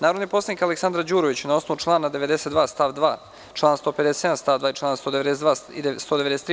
Narodni poslanik Aleksandra Đurović, na osnovu člana 92. stav 2, člana 157. stav 2. i čl. 192. i 193.